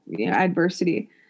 adversity